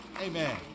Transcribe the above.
Amen